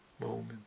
Moment